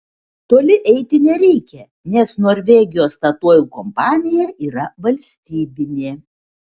toli eiti nereikia nes norvegijos statoil kompanija yra valstybinė